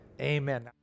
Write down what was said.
Amen